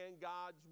God's